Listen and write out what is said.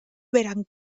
verán